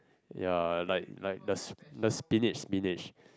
ya like the like the spinach spinach